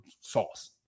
sauce